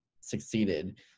succeeded